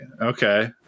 okay